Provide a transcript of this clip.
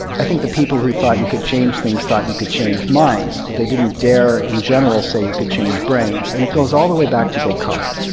i think the people who thought you could change things thought you could change minds, but they didn't dare in general say you could change brains. and it goes all the way back to descartes,